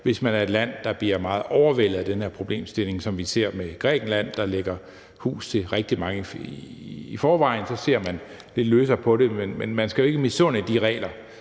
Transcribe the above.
er tale om et land, der bliver meget overvældet af den her problemstilling, som vi ser med Grækenland, der lægger hus til rigtig mange. I forvejen ser man lidt løsere på det, men man skal jo ikke misunde de regler,